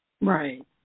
Right